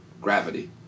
gravity